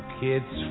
kids